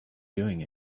doing